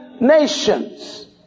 nations